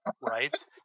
right